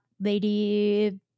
Lady